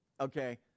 Okay